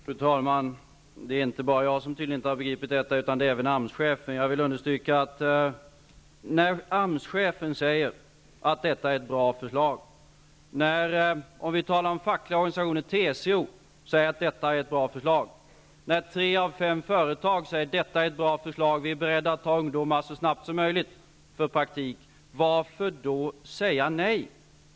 Fru talman! Det är tydligen inte bara jag som inte har begripit detta utan även AMS-chefen. Jag vill understryka det faktum att när AMS-chefen säger att detta är ett bra förslag, när TCO -- om vi talar om fackliga organisationer -- säger att detta är ett bra förslag och när tre av fem företag säger att detta är ett bra förslag och att de är beredda att ta in ungdomar så snabbt som möjligt för praktik, varför skulle vi då säga nej.